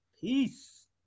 peace